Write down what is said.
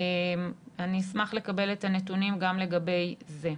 אני אשמח לקבל את הנתונים גם לגבי זה.